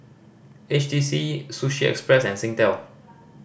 H T C Sushi Express and Singtel